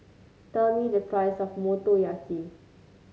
tell me the price of Motoyaki